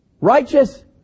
righteous